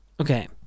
okay